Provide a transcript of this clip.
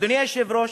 אדוני היושב-ראש,